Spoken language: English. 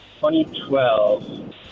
2012